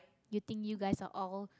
you think you guys are all